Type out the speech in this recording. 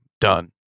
done